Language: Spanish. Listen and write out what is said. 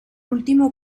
último